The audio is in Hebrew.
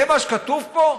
זה מה שכתוב פה?